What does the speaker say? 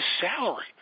salary